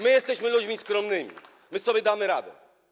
My jesteśmy ludźmi skromnymi, my sobie damy radę.